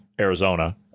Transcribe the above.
Arizona